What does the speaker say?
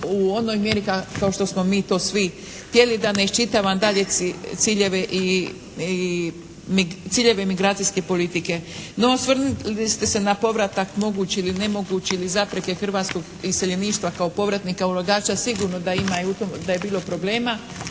u onoj mjeri kao što smo mi to svi htjeli, da ne iščitavam dalje ciljeve imigracijske politike. No osvrnuli ste se na povratak mogući ili nemogući ili zapreke hrvatskog iseljeništva kao povratnika ulagača. Sigurno da ima i u tom,